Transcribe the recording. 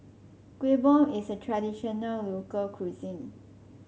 Kueh Bom is a traditional local cuisine